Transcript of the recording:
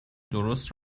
درست